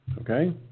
Okay